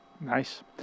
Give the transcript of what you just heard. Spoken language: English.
Nice